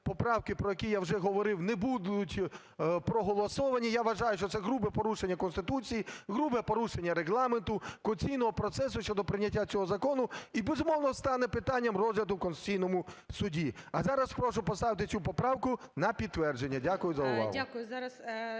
поправки, про які я вже говорив, не будуть проголосовані. Я вважаю, що це грубе порушення Конституції, грубе порушення Регламенту, конституційного процесу щодо прийняття цього закону і, безумовно, стане питанням розгляду в Конституційному Суді. А зараз прошу поставити цю поправку на підтвердження. Дякую за увагу.